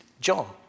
John